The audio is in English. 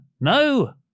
No